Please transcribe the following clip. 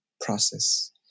Process